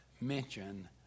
mention